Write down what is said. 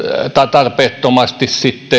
tarpeettomasti